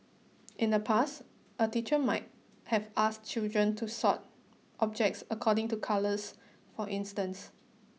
in the past a teacher might have asked children to sort objects according to colours for instance